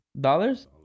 Dollars